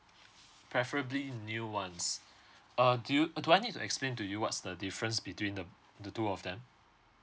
preferably new ones uh do you uh do I need to explain to you what's the difference between the the two of them